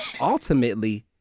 ultimately